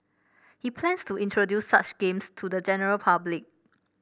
he plans to introduce such games to the general public